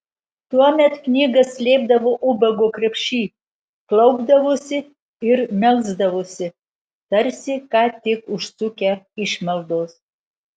tuomet knygas slėpdavo ubago krepšy klaupdavosi ir melsdavosi tarsi ką tik užsukę išmaldos